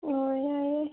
ꯍꯣꯏ ꯌꯥꯏ ꯌꯥꯏ